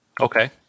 Okay